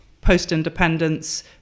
post-independence